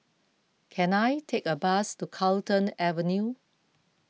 can I take a bus to Carlton Avenue